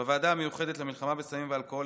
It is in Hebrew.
בוועדה המיוחדת למלחמה בסמים ובאלכוהול